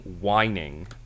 whining